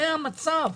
זה המצב.